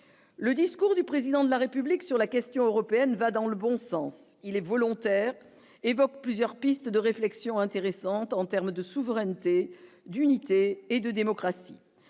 le discours du président de la République sur la question européenne va dans le bon sens, il est volontaire évoque plusieurs pistes de réflexion intéressante en termes de souveraineté, d'unité et de démocratie,